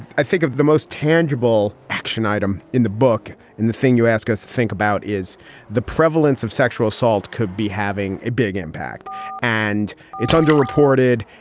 i think of the most tangible action item in the book. and the thing you ask us to think about is the prevalence of sexual assault could be having a big impact and it's underreported.